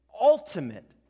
ultimate